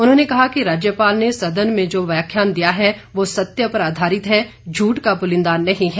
उन्होंने कहा कि राज्यपाल ने सदन में जो व्याख्यान दिया है वह सत्य पर आधारित है झुठ का पुलिंदा नहीं है